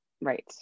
Right